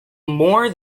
more